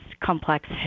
complex